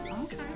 okay